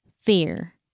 fear